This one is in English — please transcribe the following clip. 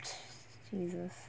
jesus